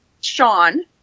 Sean